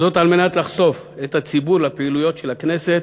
וזאת על מנת לחשוף את הציבור לפעילויות של הכנסת